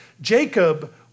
Jacob